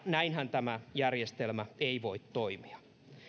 näinhän tämä järjestelmä ei voi toimia